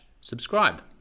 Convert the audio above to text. subscribe